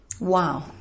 Wow